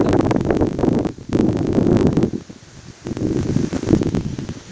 गेहूं के अभी का रेट बा बताई?